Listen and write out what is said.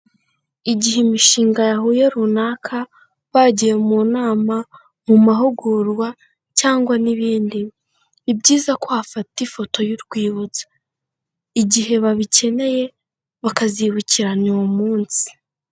Igihe imishinga yahuye runaka bagiye mu nama, mu mahugurwa cyangwa n'ibindi, ni byiza ko bafata ifoto y'urwibutso, igihe babikeneye bakazibukiranya uwo munsi.